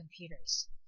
computers